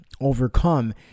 overcome